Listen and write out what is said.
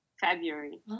February